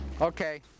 Okay